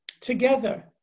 Together